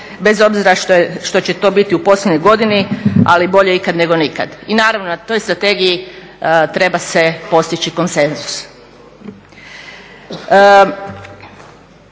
bez obzira što će to biti u posljednjoj godini. Ali bolje ikad nego nikad. I naravno na toj strategiji treba se postići konsenzus.